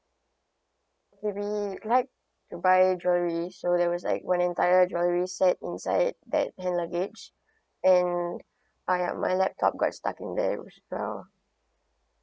we like to buy jewellery so there was like one entire jewellery set inside that hand luggage and !aiya! my laptop got stuck in there as well